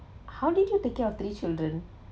how did you take care of three children